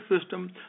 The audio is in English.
system